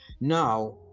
Now